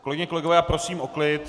Kolegyně, kolegové, prosím o klid!